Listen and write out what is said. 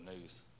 news